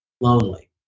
lonely